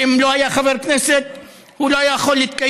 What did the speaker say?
שאם הוא לא היה חבר כנסת הוא לא היה יכול להתקיים.